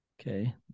Okay